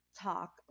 talk